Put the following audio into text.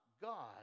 God